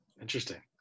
Interesting